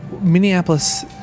Minneapolis